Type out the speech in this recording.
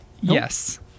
Yes